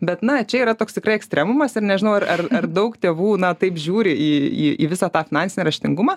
bet na čia yra toks tikrai ekstremumas ir nežinau ar ar ar daug tėvų na taip žiūri į į visą tą finansinį raštingumą